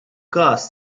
każ